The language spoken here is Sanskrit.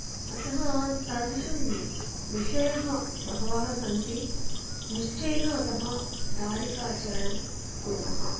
अतः तादृशं विषयः बहवः सन्ति निश्चयेन अतः दारिकाचरणं कुर्मः